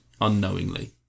unknowingly